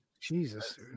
Jesus